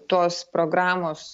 tos programos